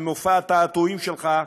במופע התעתועים שלך,